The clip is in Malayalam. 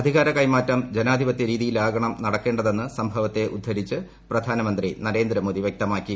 അധികാരകൈമാറ്റം ജനാധിപത്യരീതിയിലാകണം നടക്കേണ്ടതെന്ന് സംഭവത്തെ ഉദ്ധരിച്ച് പ്രധാനമന്ത്രി നരേന്ദ്രമോദി വൃക്തമാക്കി